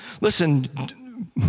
Listen